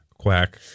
Quack